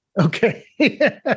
Okay